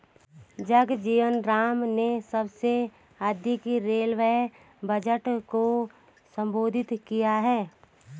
जगजीवन राम ने सबसे अधिक रेलवे बजट को संबोधित किया है